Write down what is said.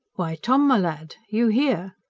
why, tom, my lad, you here?